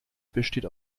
besteht